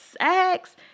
sex